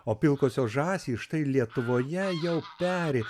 o pilkosios žąsys štai lietuvoje jau peri